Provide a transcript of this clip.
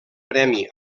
premi